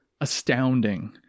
Astounding